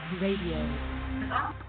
Radio